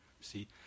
See